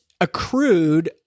accrued